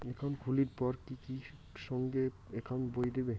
Account খুলির পর কি সঙ্গে সঙ্গে একাউন্ট বই দিবে?